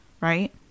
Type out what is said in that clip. right